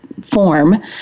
form